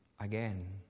again